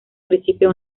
principio